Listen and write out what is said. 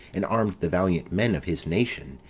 and armed the valiant men of his nation,